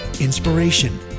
inspiration